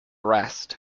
rest